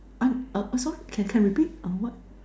uh uh sorry can can repeat uh what